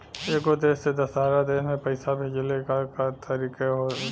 एगो देश से दशहरा देश मे पैसा भेजे ला का करेके होई?